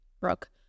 brooke